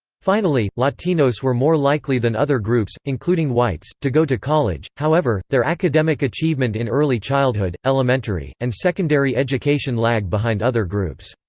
finally, latinos were more likely than other groups, including whites, to go to college however, their academic achievement in early childhood, elementary, and secondary education lag behind other groups.